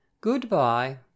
Goodbye